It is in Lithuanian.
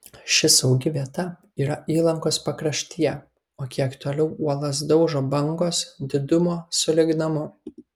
ši saugi vieta yra įlankos pakraštyje o kiek toliau uolas daužo bangos didumo sulig namu